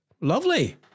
Lovely